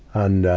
and,